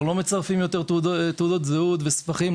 לא מצרפים יותר תעודות זהות וספחים.